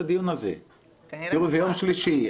היום זה יום שלישי.